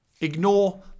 Ignore